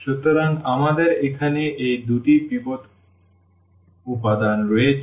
সুতরাং আমাদের এখানে এই দুটি পিভট উপাদান রয়েছে